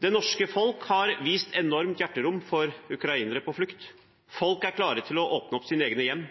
Det norske folk har vist enormt hjerterom for ukrainere på flukt. Folk er klare til å åpne opp sine hjem.